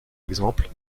exemple